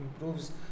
improves